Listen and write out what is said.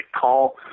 call